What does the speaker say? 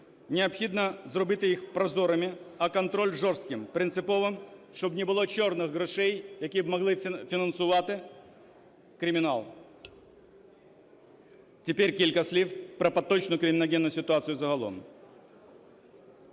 Необхідно зробити їх прозорими, а контроль жорстким, принциповим, щоб не було "чорних" грошей, які б могли фінансувати кримінал. Тепер кілька слів про поточну криміногенну ситуацію загалом.